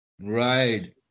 Right